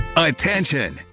Attention